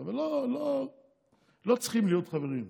אבל לא צריכים להיות חברים.